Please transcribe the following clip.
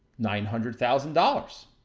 nine hundred thousand dollars.